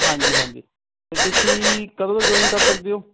ਹਾਂਜੀ ਹਾਂਜੀ ਅਤੇ ਤੁਸੀਂ ਕਦੋਂ ਜੁਆਇੰਨ ਕਰ ਸਕਦੇ ਹੋ